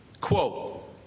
Quote